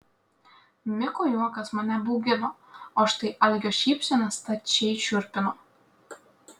miko juokas mane baugino o štai algio šypsena stačiai šiurpino